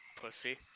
Pussy